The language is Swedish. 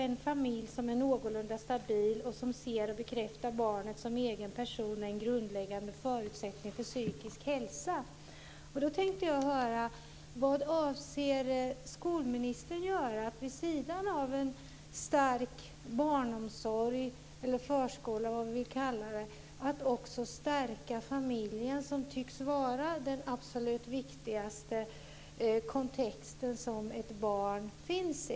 En familj som är någorlunda stabil och som ser och bekräftar barnet som egen person är en grundläggande förutsättning för psykisk hälsa. Då tänkte jag höra: Vad avser skolministern göra vid sidan av en stark barnomsorg eller förskola, vad hon nu vill kalla det, för att också stärka familjen, som tycks vara den absolut viktigaste kontexten som ett barn finns i?